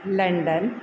London